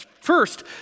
first